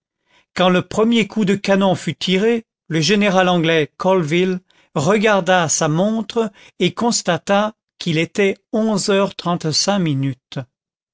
quand le premier coup de canon fut tiré le général anglais colville regarda à sa montre et constata qu'il était onze heures trente-cinq minutes